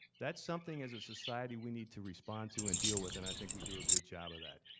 that's something as a society we need to respond to and deal with and i think we do a good job of that.